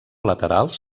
laterals